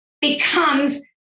becomes